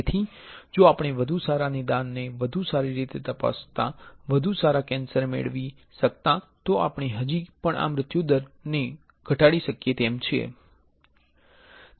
તેથી જો આપણે વધુ સારા નિદાનને વધુ સારી રીતે તપાસતા વધુ સારા સેન્સર મેળવી શકતા તો આપણે હજી પણ આ મૃત્યુદર ઘટકને ઘટાડી શકીએ છીએ